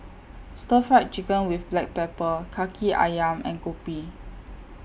Stir Fried Chicken with Black Pepper Kaki Ayam and Kopi